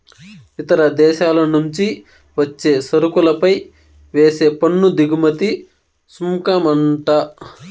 ఇతర దేశాల నుంచి వచ్చే సరుకులపై వేసే పన్ను దిగుమతి సుంకమంట